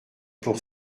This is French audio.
pour